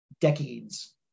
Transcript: decades